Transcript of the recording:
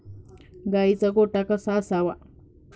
गाईचा गोठा कसा असावा?